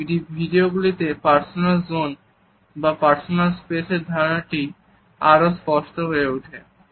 এই ভিডিওটিতে personal zone বা পার্সোনাল স্পেস এর ধারণাটি আরও স্পষ্ট হয়ে ওঠে